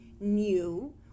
new